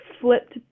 flipped